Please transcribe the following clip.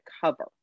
cover